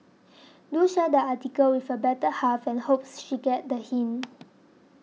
do share the article with your better half and hopes she get the hint